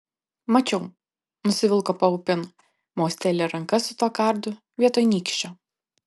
mačiau nusivilko paupin mosteli ranka su tuo kardu vietoj nykščio